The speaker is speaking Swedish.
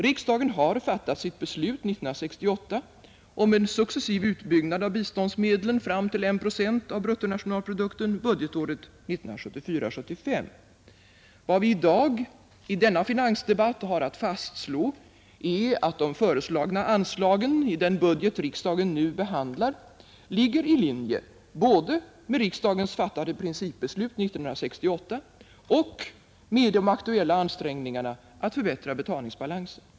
Riksdagen har fattat sitt beslut 1968 om en successiv utbyggnad av biståndsmedlen fram till en procent av bruttonationalprodukten budgetåret 1974/75. Vad vi i dag i denna finansdebatt har att fastslå är att anslagen i den budget riksdagen nu behandlar ligger i linje både med riksdagens fattade principbeslut 1968 och med de aktuella ansträngningarna att förbättra betalningsbalansen.